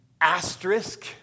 asterisk